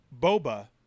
Boba